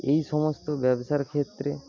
এই সমস্ত ব্যবসার ক্ষেত্রে